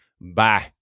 Bye